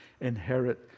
inherit